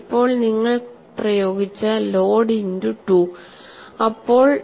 ഇപ്പോൾ നിങ്ങൾക്ക് പ്രയോഗിച്ച ലോഡ് ഇന്റു 2 അപ്പോൾ ഡിവൈഡ് ബൈ 2